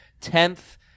tenth